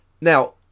Now